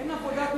אין עבודת מטה.